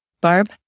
Barb